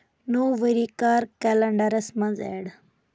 نوو ؤری کر کلینڈرس منز ایڈ